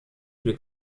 viele